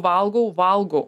valgau valgau